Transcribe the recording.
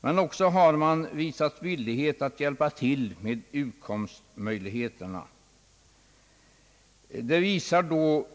Regeringen har emellertid också visat villighet när det gäller att hjälpa till i fråga om utkomstmöjligheterna.